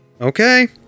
Okay